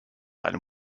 and